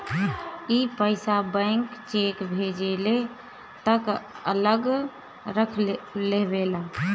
ई पइसा bank cheque भजले तक अलग रख लेवेला